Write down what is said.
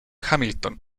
hamilton